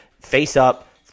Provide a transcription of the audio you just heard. face-up